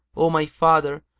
o my father,